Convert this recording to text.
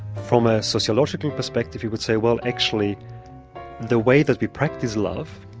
from a sociological perspective you would say, well, actually the way that we practice love